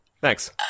Thanks